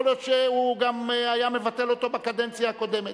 יכול להיות שהוא גם היה מבטל אותו בקדנציה הקודמת.